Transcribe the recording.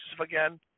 again